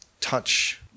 Touch